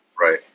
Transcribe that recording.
Right